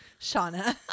Shauna